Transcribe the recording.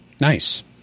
Nice